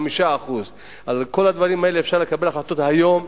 5%. על כל הדברים האלה אפשר לקבל החלטות היום.